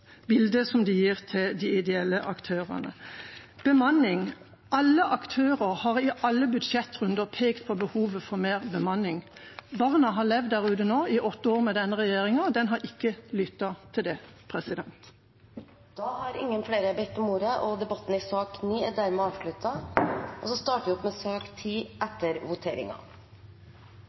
bildet som de gir til de ideelle aktørene. Bemanning: Alle aktører har i alle budsjettrunder pekt på behovet for mer bemanning. Barna har nå levd der ute i åtte år med denne regjeringa, og den har ikke lyttet til det. Flere har ikke bedt om ordet til sak nr. 9. Vi starter med sak nr. 10 etter voteringen. Stortinget går til votering og starter med